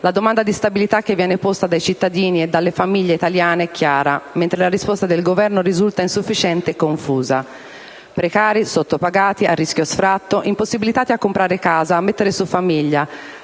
La domanda di stabilità che viene posta dai cittadini e dalle famiglie italiane è chiara, mentre la risposta del Governo risulta insufficiente e confusa; precari, sottopagati, a rischio sfratto, impossibilitati a comprare casa e a mettere su famiglia,